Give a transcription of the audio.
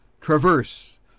Traverse